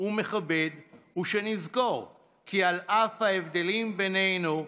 ומכבד ושנזכור כי על אף ההבדלים בינינו,